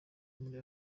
muri